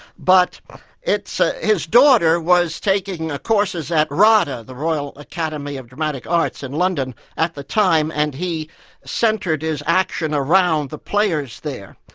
but ah his daughter was taking courses at rada, the royal academy of dramatic arts in london at the time, and he centred his action around the players there.